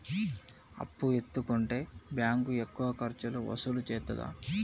అప్పు ఎత్తుకుంటే బ్యాంకు ఎక్కువ ఖర్చులు వసూలు చేత్తదా?